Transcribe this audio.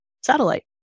satellite